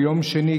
ביום שני,